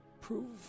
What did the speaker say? Prove